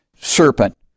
serpent